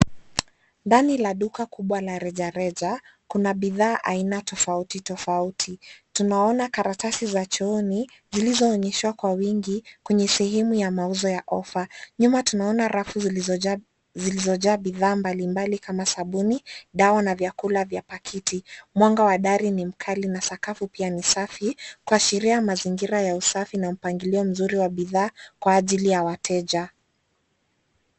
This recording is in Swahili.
Ndani la duka kubwa la rejareja, kuna bidhaa aina tofauti tofauti, tunaona karatasi za chooni, zilizoonyeshwa kwa wingi, kwenye sehemu ya mauzo ya ofa, nyuma tunaona rafu zilizojaa, zilizojaa bidhaa mbali mbali kama sabuni, dawa na vyakula vya pakiti, mwanga wa dari ni mkali na sakafu pia ni safi, kuashiria mazingira ya usafi na mpangilio mzuri wa bidhaa, kwa ajili ya wateja.